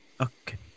Okay